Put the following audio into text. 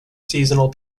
seasonal